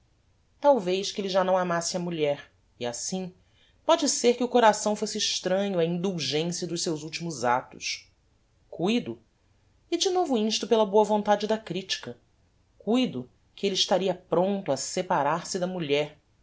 talvez que elle já não amasse a mulher e assim póde ser que o coração fosse estranho á indulgencia dos seus ultimos actos cuido e de novo insto pela boa vontade da critica cuido que elle estaria prompto a separar-se da mulher